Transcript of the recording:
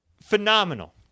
Phenomenal